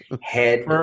head